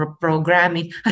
programming